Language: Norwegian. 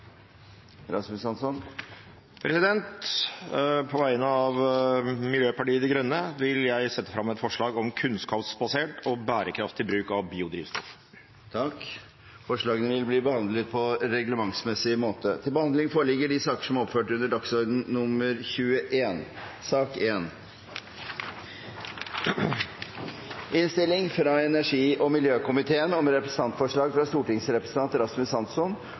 På vegne av Miljøpartiet De Grønne vil jeg sette fram et forslag om kunnskapsbasert og bærekraftig bruk av biodrivstoff. Forslagene vil bli behandlet på reglementsmessig måte. Etter ønske fra energi- og miljøkomiteen vil presidenten foreslå at taletiden begrenses til 5 minutter til hver partigruppe og